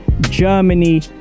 Germany